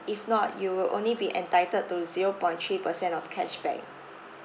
if not you will only be entitled to zero point three percent of cashback